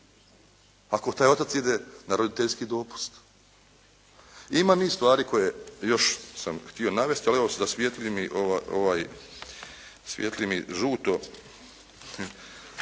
ako taj otac ide na roditeljski dopust. Ima niz stvari koje još sam htio navesti, ali evo svijetli mi žuto.